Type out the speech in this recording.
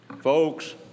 Folks